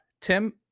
Tim